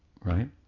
right